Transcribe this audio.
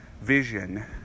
vision